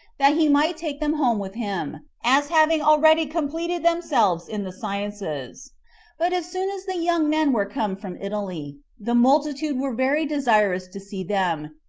that he might take them home with him, as having already completed themselves in the sciences but as soon as the young men were come from italy, the multitude were very desirous to see them,